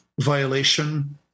violation